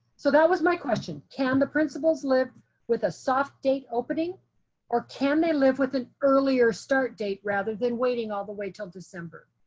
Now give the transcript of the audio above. so that was my question. can the principals live with a soft date opening or can they live with an earlier start date rather than waiting all the way until december?